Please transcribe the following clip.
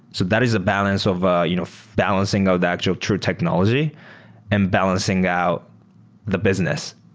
so that is balancing of ah you know balancing of the actual true technology and balancing out the business,